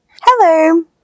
Hello